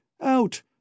out